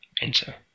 enter